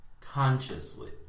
Consciously